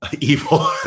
evil